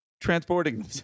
transporting